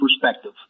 Perspective